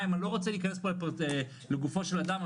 מהם אני לא רוצה להיכנס פה לפרטי לגופו של אדם,